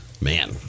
Man